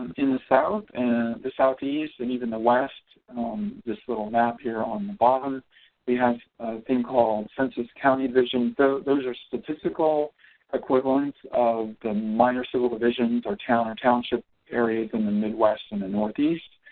in the south and the southeast and even the west this little map here on the bottom we have thing called census county divisions those are statistical equivalent of the minor civil divisions or town or township areas in the midwest and the northeast.